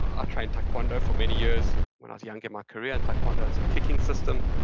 i trained taekwondo for many years when i was young in my career. taekwondo is a kicking system.